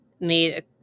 made